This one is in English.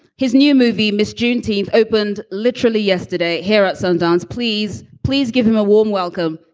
his new movie, miss juneteenth, opened literally yesterday here at sundance. please, please give him a warm welcome.